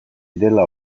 direla